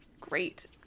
great